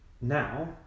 Now